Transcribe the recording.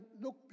look